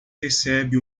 recebe